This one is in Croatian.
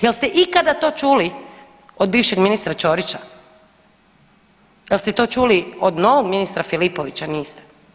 Jel ste ikada to čuli od bivšeg ministra Čorića, jel ste to čuli od novog ministra Filipovića, niste.